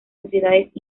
sociedades